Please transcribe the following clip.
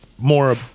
more